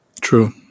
True